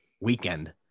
weekend